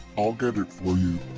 i'll get it for you.